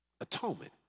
atonement